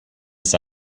this